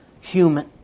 human